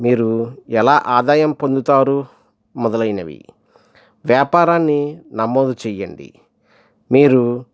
మీరు ఎలా ఆదాయం పొందుతారు మొదలైనవి వ్యాపారాన్ని నమోదు చేయండి మీరు